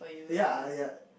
ya ya